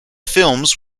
films